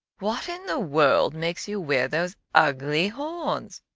what in the world makes you wear those ugly horns?